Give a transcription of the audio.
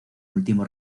último